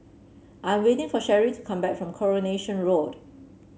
I am waiting for Sherree to come back from Coronation Road